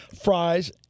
fries